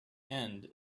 end